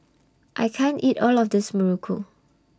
I can't eat All of This Muruku